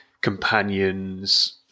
companions